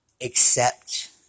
accept